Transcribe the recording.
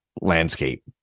landscape